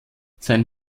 sein